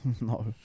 No